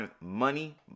Money